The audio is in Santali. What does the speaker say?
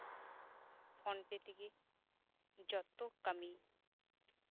ᱯᱳᱱ ᱯᱮ ᱛᱮᱜᱮ ᱡᱚᱛᱚ ᱠᱟᱹᱢᱤ